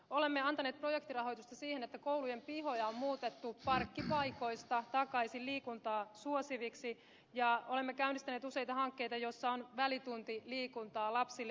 olemme antaneet projektirahoitusta siihen että koulujen pihoja on muutettu parkkipaikoista takaisin liikuntaa suosiviksi ja olemme käynnistäneet useita hankkeita joissa on välituntiliikuntaa lapsille